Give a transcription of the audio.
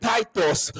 Titus